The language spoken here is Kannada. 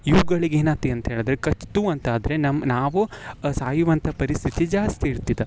ಇವುಗಳಿಗೆ ಏನಾಯ್ತು ಅಂಥೇಳಿದ್ರೆ ಕಚ್ಚಿತು ಅಂತಾದರೆ ನಮ್ಮ ನಾವು ಸಾಯುವಂಥ ಪರಿಸ್ಥಿತಿ ಜಾಸ್ತಿ ಇರ್ತದೆ